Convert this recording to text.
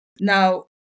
Now